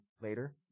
later